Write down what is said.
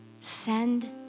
send